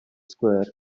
square